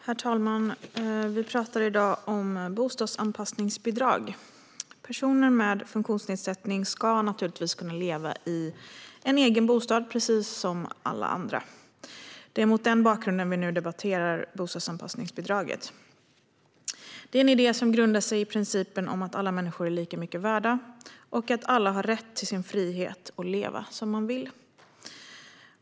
Herr talman! Vi talar i dag om bostadsanpassningsbidrag. Personer med funktionsnedsättning ska naturligtvis kunna leva i en egen bostad precis som alla andra. Det är mot den bakgrunden vi nu debatterar bostadsanpassningsbidraget. Det är en idé som grundar sig i principerna om att alla människor är lika mycket värda och att alla har rätt till sin frihet att leva som man vill.